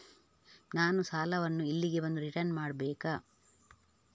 ನಾನು ಸಾಲವನ್ನು ಇಲ್ಲಿಗೆ ಬಂದು ರಿಟರ್ನ್ ಮಾಡ್ಬೇಕಾ?